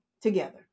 together